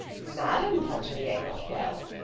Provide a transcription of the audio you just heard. madame pontellier not well,